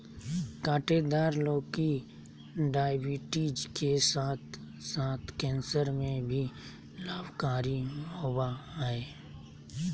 काँटेदार लौकी डायबिटीज के साथ साथ कैंसर में भी लाभकारी होबा हइ